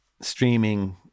streaming